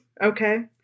Okay